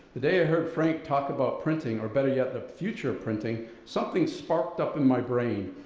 the day i heard frank talk about printing, or better yet, the future of printing, something sparked up in my brain.